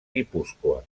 guipúscoa